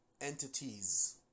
entities